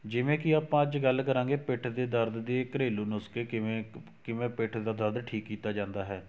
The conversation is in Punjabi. ਜਿਵੇਂ ਕਿ ਆਪਾਂ ਅੱਜ ਗੱਲ ਕਰਾਂਗੇ ਪਿੱਠ ਦੇ ਦਰਦ ਦੇ ਘਰੇਲੂ ਨੁਸਖੇ ਕਿਵੇਂ ਕਿਵੇਂ ਪਿੱਠ ਦਾ ਦਰਦ ਠੀਕ ਕੀਤਾ ਜਾਂਦਾ ਹੈ